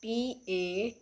T eight